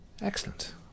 Excellent